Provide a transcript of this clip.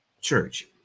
Church